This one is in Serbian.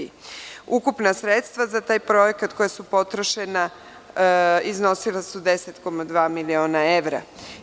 Ukupna sredstva za taj projekat koja su potrošena iznosila su 10,2 miliona evra.